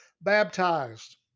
baptized